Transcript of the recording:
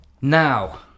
Now